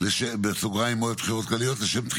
יותר